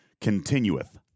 continueth